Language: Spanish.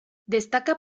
destaca